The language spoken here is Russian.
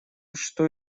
что